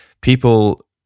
people